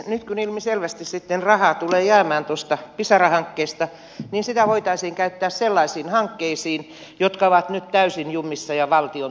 nyt kun ilmiselvästi sitten rahaa tulee jäämään tuosta pisara hankkeesta niin sitä voitaisiin käyttää sellaisiin hankkeisiin jotka ovat nyt täysin jumissa valtion toimien taholta